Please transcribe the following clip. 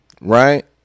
Right